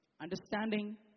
understanding